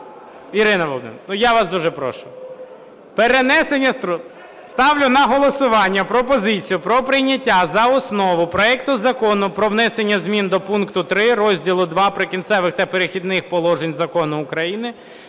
Ірино Володимирівно, ну, я вас дуже прошу – перенесення строків! Ставлю на голосування пропозицію про прийняття за основу проект Закону про внесення зміни до пункту 3 розділу II "Прикінцеві та перехідні положення" Закону України